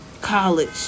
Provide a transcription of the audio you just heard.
college